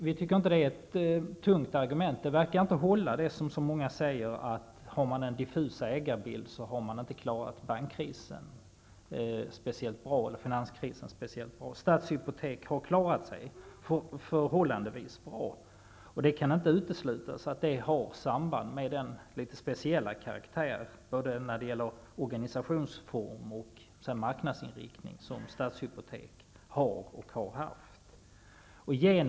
Vi tycker inte att detta är tunga argument. Vad många säger verkar inte hålla: har man en diffus ägarbild har man inte klarat finanskrisen speciellt bra. Stadshypotek har klarat sig förhållandevis bra. Det kan inte uteslutas att detta har samband med den litet speciella karaktär när det gäller både organisationsform och marknadsinriktning som Stadshypotek har och har haft.